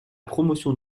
promotion